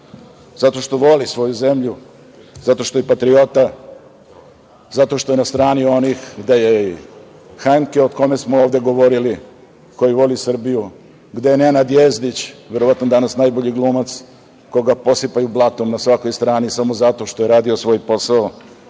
zato što voli svoju zemlju, zato što je patriota, zato što je na strani onih gde je Hanke, o kome smo ovde govorili, koji voli Srbiju, gde je Nenad Jezdić, verovatno danas najbolji glumac koga posipaju blatom na svakoj strani samo zato što je radio svoj posao,